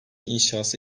inşası